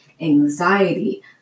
anxiety